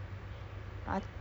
the games that you play